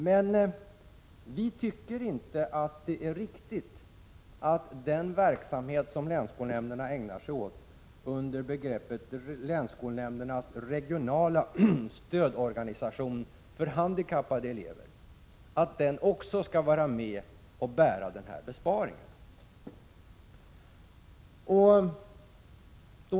Men vi tycker inte att det är riktigt att den verksamhet som länsskolnämnderna ägnar sig åt under beteckningen länsskolnämndens regionala stödorganisation för handikappade elever också skall vara med och bära denna besparing.